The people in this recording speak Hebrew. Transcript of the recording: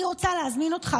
אני רוצה להזמין אותך,